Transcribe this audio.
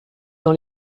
dans